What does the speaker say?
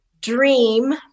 dream